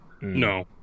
No